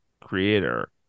creator